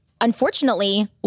unfortunately